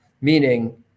meaning